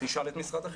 תשאל את משרד החינוך.